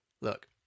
look